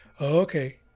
Okay